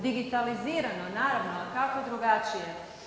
Digitalizirano naravno, jel kako drugačije.